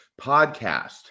podcast